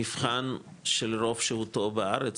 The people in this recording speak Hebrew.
מבחן של רוב שהותו בארץ,